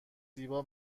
زیبا